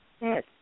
Yes